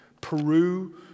Peru